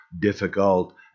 difficult